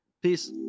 peace